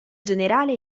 generale